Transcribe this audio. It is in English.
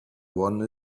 one